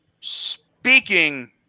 speaking